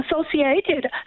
associated